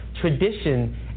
Tradition